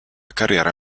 carriera